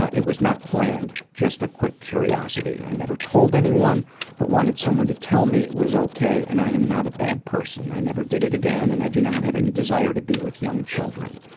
it it was not planned just a quick curiosity. i never told anyone but wanted someone to tell me it was okay and i am not a bad person. i never did it again and i do not have any desire to be with young children.